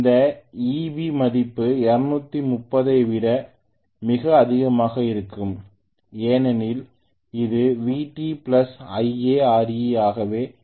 இந்த Eb மதிப்பு 230 ஐ விட மிக அதிகமாக இருக்கும் ஏனெனில் இது Vt IaRe